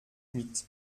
huit